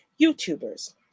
YouTubers